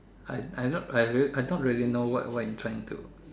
I I not I real I not really know what you trying to